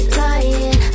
lying